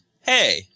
Hey